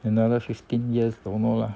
another fifteen years don't know lah